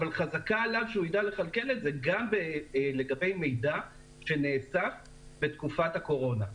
אבל חזקה עליו שהוא ידע לכלכל את זה גם לגבי מידע שנאסף בתקופת הקורונה.